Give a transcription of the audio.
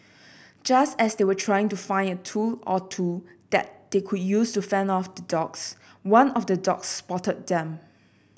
just as they were trying to find a tool or two that they could use to fend off the dogs one of the dogs spotted them